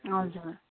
हजुर